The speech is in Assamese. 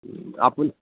আপুনি